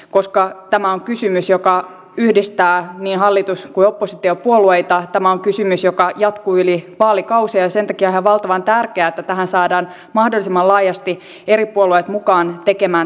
koska sosiaaliturvan taso on jo nyt liian alhainen ei vain maahanmuuttaja tai pakolaistaustaisilla vaan kaikilla vähimmäistasoista sosiaaliturvaa saavilla ihmisillä niin on kysyttävä millä näiden ihmisten tulisi elää ja asua jos he eivät saa töitä